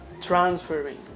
transferring